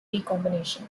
recombination